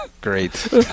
Great